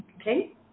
Okay